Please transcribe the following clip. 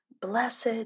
Blessed